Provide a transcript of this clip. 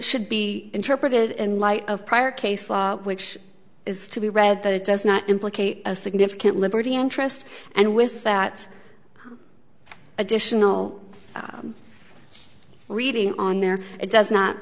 should be interpreted in light of prior case law which is to be read that it does not implicate a significant liberty interest and with that additional reading on there it does not